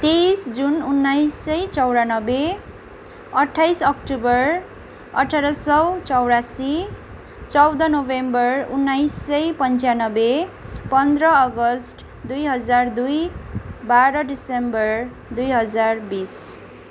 तेइस जुन उन्नाइस सय चौरानब्बे अठाइस अक्टोबर अठार सौ चौरासी चौध नोभेम्बर उन्नाइस सय पन्च्यानब्बे पन्ध्र अगस्त दुई हजार दुई बाह्र दिसम्बर दुई हजार बिस